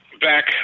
Back